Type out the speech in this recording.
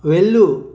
వెళ్ళు